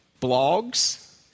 blogs